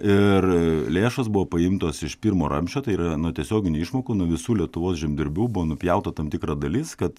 ir lėšos buvo paimtos iš pirmo ramsčio tai yra nuo tiesioginių išmokų nuo visų lietuvos žemdirbių buvo nupjauta tam tikra dalis kad